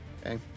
okay